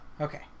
Okay